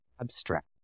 abstract